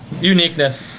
Uniqueness